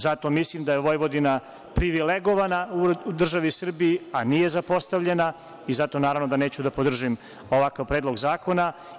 Zato, mislim da je Vojvodina privilegovana u državi Srbiji, a nije zapostavljena i zato naravno da neću da podržim ovakav predlog zakona.